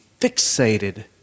fixated